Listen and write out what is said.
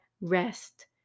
rest